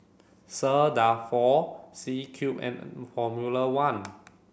sir Dalfour C Cube and Formula One